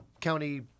county